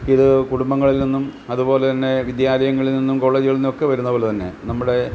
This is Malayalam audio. ഇത് കുടുംബങ്ങളിൽ നിന്നും അതുപോലെ തന്നെ വിദ്യാലയങ്ങളിൽ നിന്നും കോളേജ്കളിൽ നിന്നുമൊക്കെ വരുന്ന പോലെ തന്നെ നമ്മുടെ